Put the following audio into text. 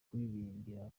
kuririmbira